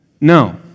No